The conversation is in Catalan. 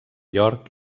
york